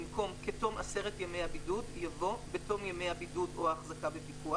במקום "כתום עשרת ימי הבידוד" יבוא "בתום ימי הבידוד או ההחזקה בפיקוח"